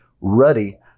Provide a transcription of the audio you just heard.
ruddy